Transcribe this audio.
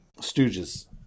Stooges